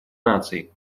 наций